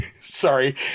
sorry